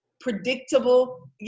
predictable